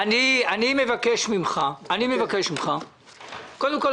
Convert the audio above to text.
אני מבקש ממך קודם כול,